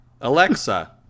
Alexa